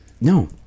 no